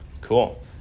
Cool